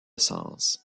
sens